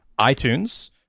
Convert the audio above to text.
iTunes